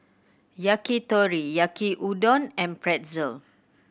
Yakitori Yaki Udon and Pretzel